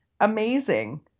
amazing